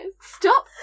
Stop